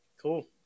Cool